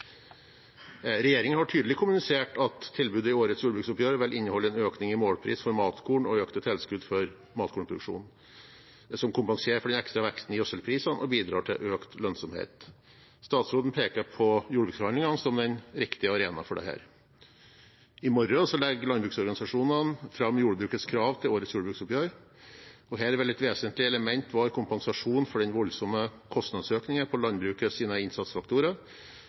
Regjeringen har tydelig kommunisert at tilbudet i årets jordbruksoppgjør vil inneholde en økning i målpris for matkorn og økte tilskudd for matkornproduksjonen som kompenserer for den ekstra veksten i gjødselprisene og bidrar til økt lønnsomhet. Statsråden peker på jordbruksforhandlingene som den riktige arena for dette. I morgen legger landbruksorganisasjonene fram jordbrukets krav til årets jordbruksoppgjør. Her vil et vesentlig element være kompensasjon for den voldsomme kostnadsøkningen på landbrukets innsatsfaktorer